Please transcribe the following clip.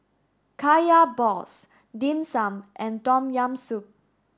Kaya Balls Dim Sum and Tom Yam Soup